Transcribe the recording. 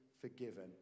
forgiven